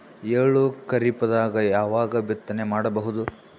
ಎಳ್ಳು ಖರೀಪದಾಗ ಯಾವಗ ಬಿತ್ತನೆ ಮಾಡಬಹುದು?